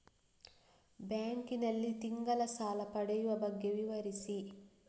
Bank ನಲ್ಲಿ ತಿಂಗಳ ಸಾಲ ಪಡೆಯುವ ಬಗ್ಗೆ ವಿವರಿಸಿ?